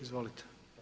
Izvolite.